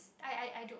I I I don't